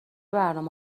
برنامه